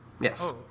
Yes